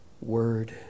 word